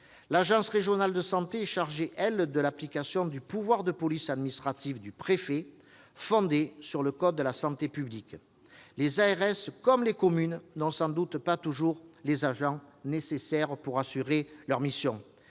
agences régionales de santé, les ARS, sont chargées, elles, de l'application du pouvoir de police administrative du préfet fondé sur le code de la santé publique. Les ARS comme les communes n'ont sans doute pas toujours les agents nécessaires pour assurer leur mission.